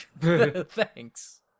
Thanks